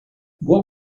what